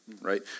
right